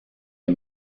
est